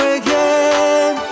again